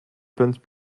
punt